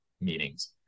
meetings